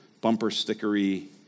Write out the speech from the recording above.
bumper-stickery